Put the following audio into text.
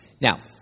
now